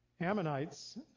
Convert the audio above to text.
Ammonites